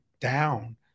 down